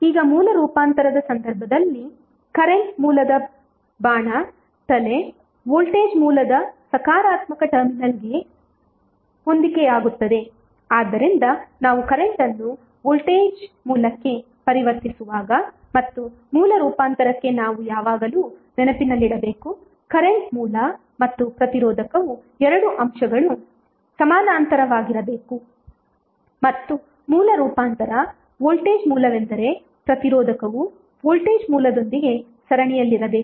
ಈಗ ಮೂಲ ರೂಪಾಂತರದ ಸಂದರ್ಭದಲ್ಲಿ ಕರೆಂಟ್ ಮೂಲದ ಬಾಣ ತಲೆ ವೋಲ್ಟೇಜ್ ಮೂಲದ ಸಕಾರಾತ್ಮಕ ಟರ್ಮಿನಲ್ಗೆ ಹೊಂದಿಕೆಯಾಗುತ್ತದೆ ಆದ್ದರಿಂದ ನಾವು ಕರೆಂಟ್ ಅನ್ನು ವೋಲ್ಟೇಜ್ ಮೂಲಕ್ಕೆ ಪರಿವರ್ತಿಸುವಾಗ ಮತ್ತು ಮೂಲ ರೂಪಾಂತರಕ್ಕೆ ನಾವು ಯಾವಾಗಲೂ ನೆನಪಿನಲ್ಲಿಡಬೇಕು ಕರೆಂಟ್ ಮೂಲ ಮತ್ತು ಪ್ರತಿರೋಧಕವು ಎರಡು ಅಂಶಗಳು ಸಮಾನಾಂತರವಾಗಿರಬೇಕು ಮತ್ತು ಮೂಲ ರೂಪಾಂತರ ವೋಲ್ಟೇಜ್ ಮೂಲವೆಂದರೆ ಪ್ರತಿರೋಧಕವು ವೋಲ್ಟೇಜ್ ಮೂಲದೊಂದಿಗೆ ಸರಣಿಯಲ್ಲಿರಬೇಕು